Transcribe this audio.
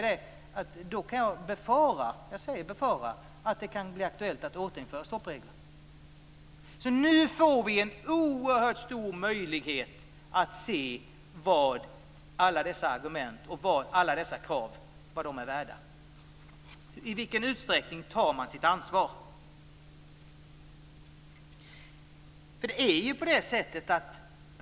Då befarar jag att det kan bli aktuellt att återinföra stoppreglerna. Nu får vi en oerhört stor möjlighet att se vad alla dessa argument och krav är värda, dvs. i vilken utsträckning man tar sitt ansvar.